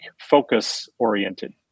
focus-oriented